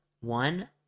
one